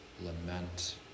lament